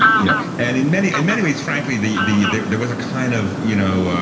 yeah. and in many and many ways, frankly, the the there there was a kind of, you know,